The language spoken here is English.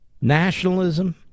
Nationalism